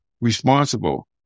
responsible